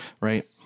Right